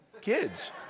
kids